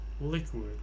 liquid